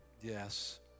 Yes